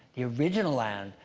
the original land,